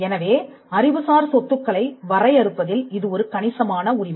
எனவே அறிவுசார் சொத்துக்களை வரையறுப்பதில் இது ஒரு கணிசமான உரிமை